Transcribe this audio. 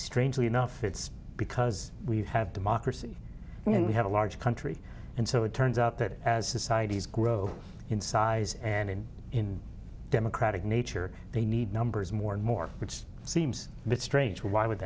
strangely enough it's because we have democracy and we have a large country and so it turns out that as societies grow in size and in democratic nature they need numbers more and more which seems a bit strange why would